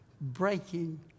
breaking